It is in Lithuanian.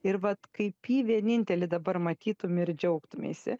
ir vat kaip jį vienintelį dabar matytum ir džiaugtumeisi